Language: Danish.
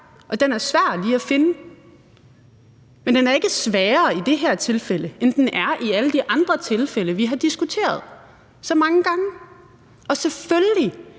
og den er svær lige at finde, men den er ikke sværere i det her tilfælde, end den er i alle de andre tilfælde, vi har diskuteret så mange gange, og selvfølgelig